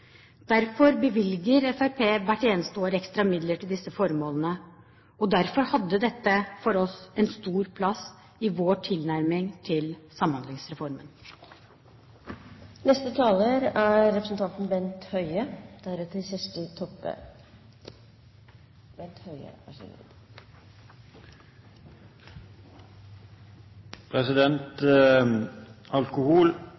Derfor bevilger Fremskrittspartiet hvert eneste år ekstra midler til disse formålene, og derfor hadde dette en stor plass i vår tilnærming til Samhandlingsreformen. Alkohol er